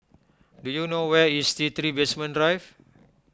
do you know where is T three Basement Drive